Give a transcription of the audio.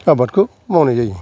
आबादखौ मावनाय जायो